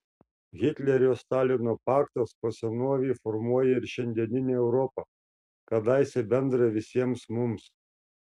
hitlerio stalino paktas po senovei formuoja ir šiandieninę europą kadaise bendrą visiems mums